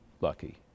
lucky